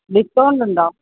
discount ഉണ്ടോ